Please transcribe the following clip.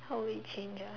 how would it change ah